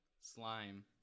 slime